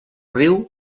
riu